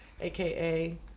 aka